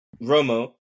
Romo